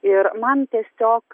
ir man tiesiog